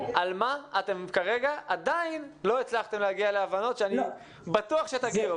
על מה אתם כרגע עדיין לא הצלחתם להגיע להבנות שאני בטוח שתגיעו,